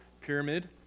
pyramid